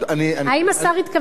האם השר התכוון,